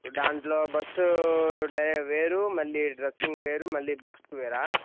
దాంట్లో బస్సు వేరు మళ్ళీ డ్రెస్సింగ్ వేరు మళ్ళీ బుక్స్కు వేరా